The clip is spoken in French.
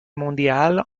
mondiale